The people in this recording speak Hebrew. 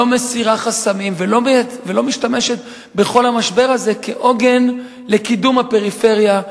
לא מסירה חסמים ולא משתמשת בכל המשבר הזה כעוגן לקידום הפריפריה.